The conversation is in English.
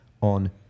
on